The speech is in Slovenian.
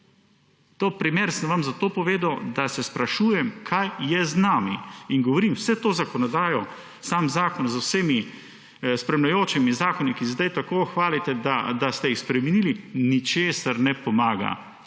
To primer sem vam zato povedal, ker se sprašujem, kaj je z nami. In govorim, vso to zakonodajo, sam zakon z vsemi spremljajočimi zakoni, ki se zdaj tako hvalite, da ste jih spremenili – nič ne pomaga,